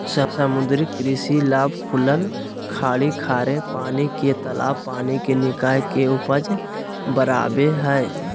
समुद्री कृषि लाभ खुलल खाड़ी खारे पानी के तालाब पानी निकाय के उपज बराबे हइ